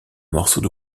morceaux